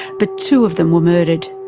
but two of them were murdered.